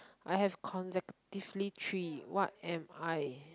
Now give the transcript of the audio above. I have consecutively three what am I